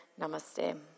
Namaste